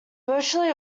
virtually